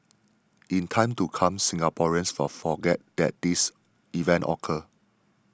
in time to come Singaporeans for forget that this event occur